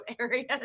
areas